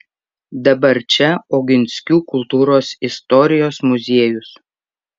dabar čia oginskių kultūros istorijos muziejus